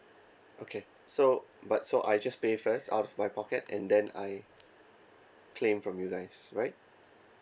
okay so but so I just pay first out of my pocket and then I claim from you guys right